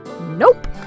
nope